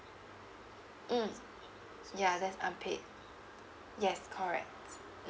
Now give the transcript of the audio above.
mm ya that's unpaid yes correct